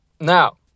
Now